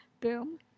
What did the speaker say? boom